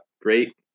great